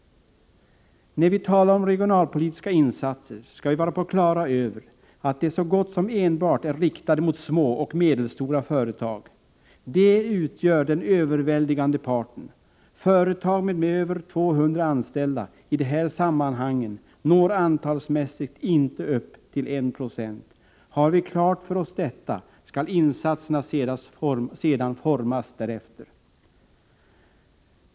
När vi talar om regionalpolitiska insatser skall vi vara på det klara med att de så gott som enbart är riktade mot små och medelstora företag. De utgör den överväldigande parten. Företag med över 200 anställda i de här sammanhangen når antalsmässigt inte upp till I 20. Har vi klart för oss detta skall insatserna sedan formas därefter.